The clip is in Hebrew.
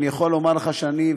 אני יכול לומר לך שאני,